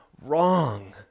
wrong